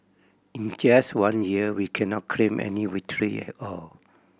in just one year we cannot claim any victory at all